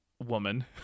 woman